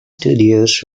studios